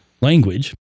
language